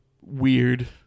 weird